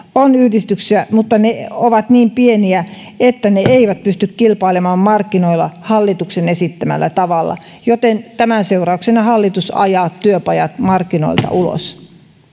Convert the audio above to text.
on yhdistyksiä mutta ne ovat niin pieniä että ne eivät pysty kilpailemaan markkinoilla hallituksen esittämällä tavalla joten tämän seurauksena hallitus ajaa työpajat markkinoilta ulos